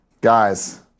Guys